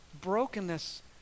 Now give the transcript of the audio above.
brokenness